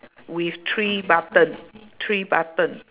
with three button three button